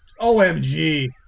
OMG